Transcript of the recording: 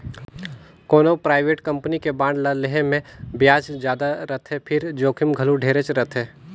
कोनो private company के बांड ल लेहे मे बियाज जादा रथे फिर जोखिम घलो ढेरेच रथे